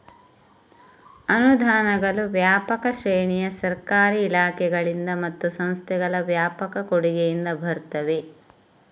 ಅನುದಾನಗಳು ವ್ಯಾಪಕ ಶ್ರೇಣಿಯ ಸರ್ಕಾರಿ ಇಲಾಖೆಗಳಿಂದ ಮತ್ತು ಸಂಸ್ಥೆಗಳ ವ್ಯಾಪಕ ಕೊಡುಗೆಯಿಂದ ಬರುತ್ತವೆ